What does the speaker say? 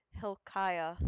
Hilkiah